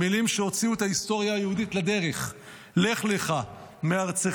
המילים שהוציאו את ההיסטוריה היהודית לדרך: "לך לך מארצך